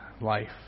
life